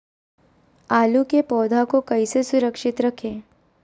आलू के पौधा को कैसे सुरक्षित रखें?